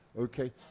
Okay